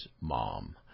mom